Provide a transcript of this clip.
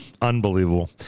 unbelievable